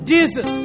Jesus